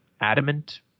adamant